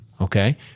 Okay